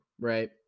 right